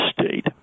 state